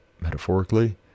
metaphorically